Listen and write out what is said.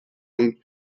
und